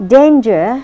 Danger